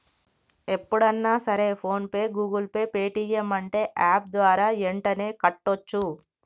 ఎప్పుడన్నా సరే PhonePe Google Pay Paytm అంటే యాప్ ద్వారా యెంటనే కట్టోచ్చు